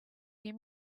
you